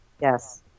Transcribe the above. Yes